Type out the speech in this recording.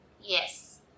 yes